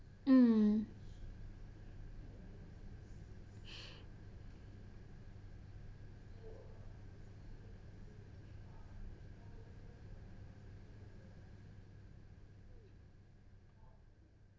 mm